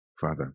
Father